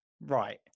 right